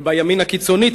ובימין הקיצוני,